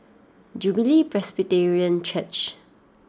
Jubilee Presbyterian Church